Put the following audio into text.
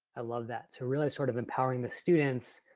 i love that. so really sort of empowering the students,